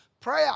prayer